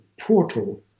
portal